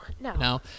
No